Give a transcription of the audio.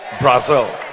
Brazil